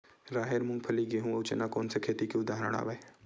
राहेर, मूंगफली, गेहूं, अउ चना कोन सा खेती के उदाहरण आवे?